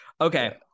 okay